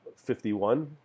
51